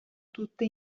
tutte